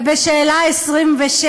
ובשאלה 26: